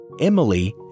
Emily